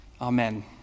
Amen